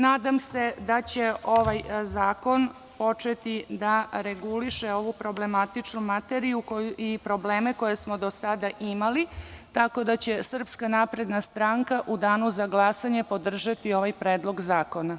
Nadam se da će ovaj zakon početi da reguliše ovu problematičnu materiju i probleme koje smo do sada imali, tako da će SNS u Danu za glasanje podržati ovaj predlog zakona.